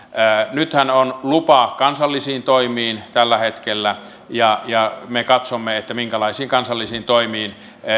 nythän on lupa kansallisiin toimiin tällä hetkellä ja me katsomme minkälaisiin kansallisiin toimiin